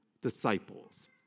disciples